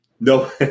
No